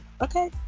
okay